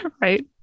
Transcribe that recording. Right